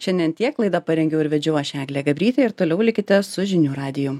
šiandien tiek laidą parengiau ir vedžiau aš eglė gabrytė ir toliau likite su žinių radiju